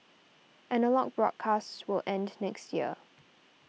analogue broadcasts will end next year